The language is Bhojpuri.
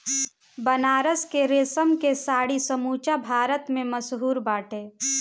बनारस के रेशम के साड़ी समूचा भारत में मशहूर बाटे